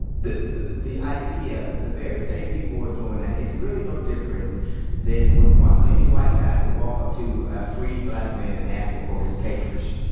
the the idea the very same people who are doing that it's really no different than when any white guy could walk up to a free black man and ask him for his papers.